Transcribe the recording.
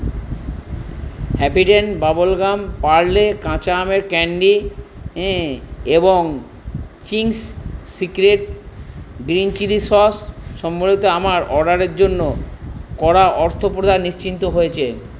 Happydent bubble gum Parle কাঁচা আমের candy এবং Ching's secret green chilli sauce সম্বলিত আমার অর্ডারের জন্য করা অর্থপ্রদান নিশ্চিত হয়েছে